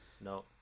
No